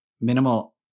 minimal